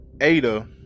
Ada